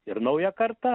ir nauja karta